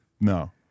no